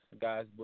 guys